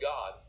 God